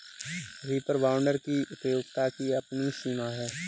reaper binder की उपयोगिता की अपनी सीमा है